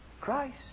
Christ